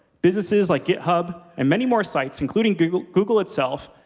businesses like github and many more sites, including google google itself,